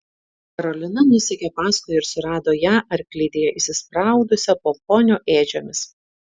karolina nusekė paskui ir surado ją arklidėje įsispraudusią po ponio ėdžiomis